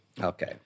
Okay